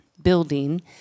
Building